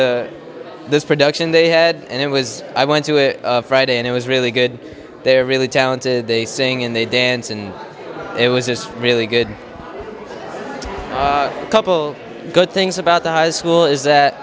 this production they had and it was i went to it friday and it was really good they're really talented they sing and they dance and it was just really good couple good things about the high school is that